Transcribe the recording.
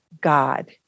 God